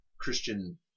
Christian